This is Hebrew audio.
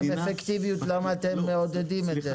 אפקטיביות למה אתם מעודדים את זה?